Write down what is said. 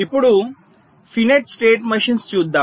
ఇప్పుడు finite state machines చూద్దాం